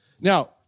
Now